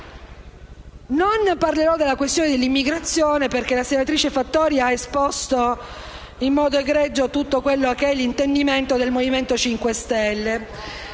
Non parlerò della questione dell'immigrazione perché la senatrice Fattori ha esposto in modo egregio l'intendimento del Movimento 5 Stelle.